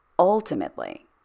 Ultimately